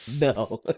No